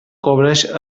cobreix